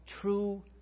true